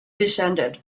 descended